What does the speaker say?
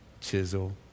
Chisel